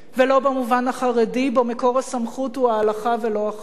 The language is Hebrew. ולא במובן החרדי שבו מקור הסמכות הוא ההלכה ולא החוק.